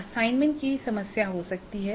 assignment की समस्या हो सकती है